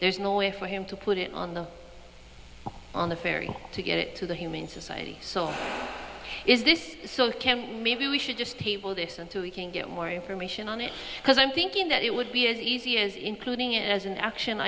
there's no way for him to put it on the on the ferry to get it to the humane society so is this can maybe we should just table this until we can get more information on it because i'm thinking that it would be as easy as including it as an action